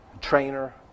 trainer